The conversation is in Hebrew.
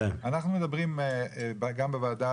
אנחנו מדברים גם בוועדה